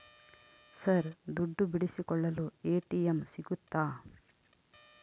Sir ದುಡ್ಡು ಬಿಡಿಸಿಕೊಳ್ಳಲು ATM ಸಿಗುತ್ತಾ?